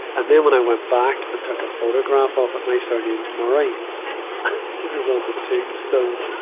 and then when i went back and took a photograph ah of it my surname's murray it was on the tombstone,